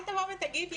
אל תבוא ותגיד לי,